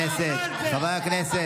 עושה את זה.